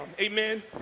Amen